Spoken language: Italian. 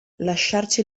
lasciarci